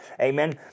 Amen